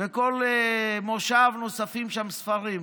וכל מושב נוספים שם ספרים.